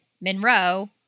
Monroe